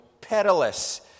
perilous